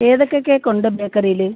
ഏതൊക്കെ കേക്കുണ്ട് ബേക്കറിയിൽ